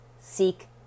Seek